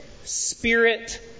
spirit